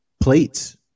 plates